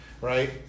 right